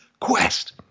Quest